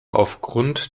aufgrund